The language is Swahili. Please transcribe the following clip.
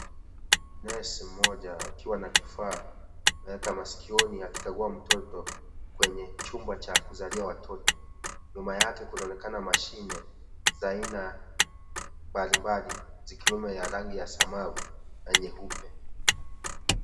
Nesi mmoja akiwa na kifaa ameweka masikioni akikagua mtoto kwenye chumba cha kuzalia watoto. Nyuma yake kunaonekana mashine za aina mbalimbali zikiwemo ya rangi ya samawi na nyeupe.